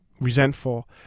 resentful